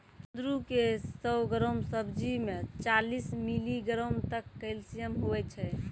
कुंदरू के सौ ग्राम सब्जी मे चालीस मिलीग्राम तक कैल्शियम हुवै छै